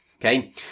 Okay